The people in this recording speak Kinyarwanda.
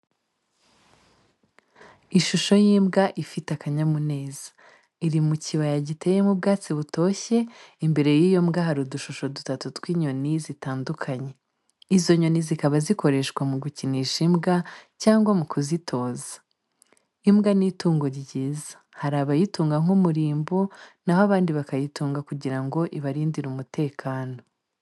Ishusho y’imbwa ifite akanyamuneza, iri mu kibaya giteyemo ubwatsi butoshye, imbere y'iyo mbwa hari udushusho dutatu tw’inyoni zitandukanye, izo nyoni zikaba zikoreshwa mu gukinisha imbwa cyangwa mu kuzitoza. Imbwa ni itungo ryiza, hari abayitunga nk'umurimbo na ho abandi bakayitunga kugira ngo ibarindire umutekano.